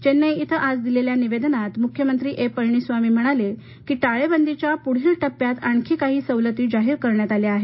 चेन्नई इथ आज दिलेल्या निवेदनात मुख्यमंत्री एडप्पाडी पळनीस्वामी म्हणाले की टाळेबदीच्या पुढील टप्प्यात आणखी काही सवलती जाहीर करण्यात आल्या आहेत